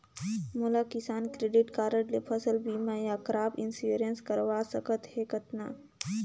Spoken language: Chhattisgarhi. मोला किसान क्रेडिट कारड ले फसल बीमा या क्रॉप इंश्योरेंस करवा सकथ हे कतना?